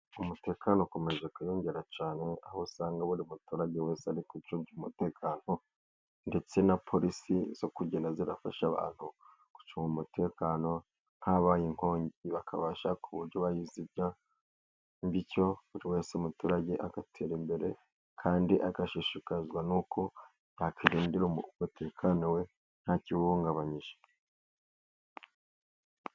Umutekano ukomeje kwiyongera cyane, aho usanga buri muturage wese ari gucunga umutekano, ndetse na polisi zo kugenda zirafasha abantu gucunga umutekano, habaye inkongi bakabasha ku buryo bayizimya bityo buri wese umuturage agatera imbere, kandi agashishikazwa n'uko yakwirindira umutekano we nta kiwuhungabanyije.